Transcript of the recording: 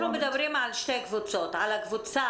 אנחנו מדברים על שתי קבוצות על הקבוצה